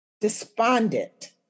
despondent